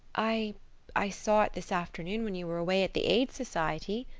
i i saw it this afternoon when you were away at the aid society,